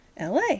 LA